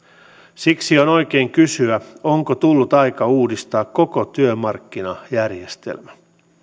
siksi on oikein kysyä onko tullut aika uudistaa koko työmarkkinajärjestelmä